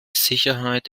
sicherheit